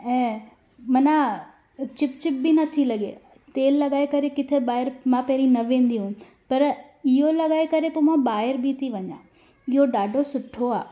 ऐं मना चिप चिप बि नथी लॻे तेल लॻाए करे किथे ॿाहिरि मां पहिरीं न वेंदी हुयमि पर इहो लॻाए करे पोइ मां ॿाहिरि बि थी वञां इहो ॾाढो सुठो आहे